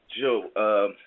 Joe